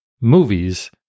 movies